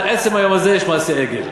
עד עצם היום הזה יש מעשה עגל.